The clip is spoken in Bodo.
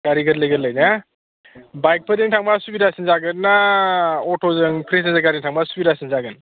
गारि गोरलै गोरलै ना बाइकफोरजों थांबा सुबिदासिन जागोन ना अट'जों पेसेन्जार गारिजों थांबा सुबिदासिन जागोन